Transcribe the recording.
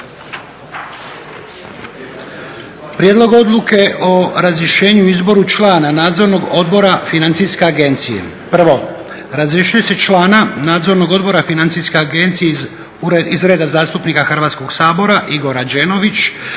Prijedlog Odluke o razrješenju i izboru člana Nadzornog odbora Financijske agencije. 1. razrješuje se člana Nadzornog odbora Financijske agencije iz reda zastupnika Hrvatskog sabora Igor Rađenović.